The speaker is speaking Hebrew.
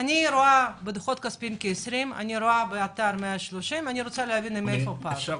רואה כ-20, באתר 130, אני רוצה להבין את הפער.